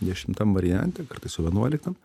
dešimtam variante kartais vienuoliktam